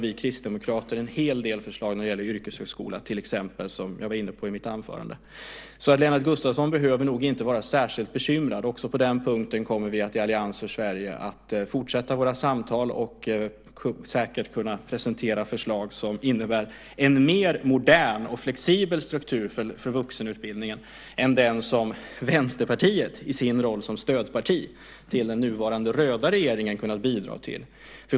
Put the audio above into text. Vi kristdemokrater har en hel del förslag när det gäller yrkeshögskola till exempel, som jag var inne på i mitt anförande. Lennart Gustavsson behöver nog inte vara särskilt bekymrad. Också på den punkten kommer vi i Allians för Sverige att fortsätta våra samtal. Vi kommer säkert att kunna presentera förslag som innebär en mer modern och flexibel struktur för vuxenutbildningen än den som Vänsterpartiet i sin roll som stödparti till den nuvarande röda regeringen har kunnat bidra till.